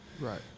right